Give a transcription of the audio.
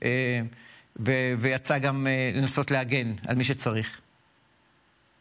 העם הזה יודע להתעלות על עצמו ברגעים האלה,